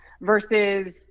versus